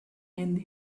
and